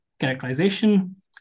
characterization